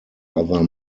other